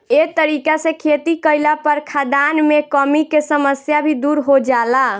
ए तरीका से खेती कईला पर खाद्यान मे कमी के समस्या भी दुर हो जाला